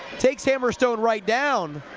takes hammerstone right down.